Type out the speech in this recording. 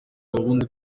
ubundi